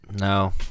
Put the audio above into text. No